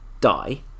die